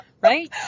Right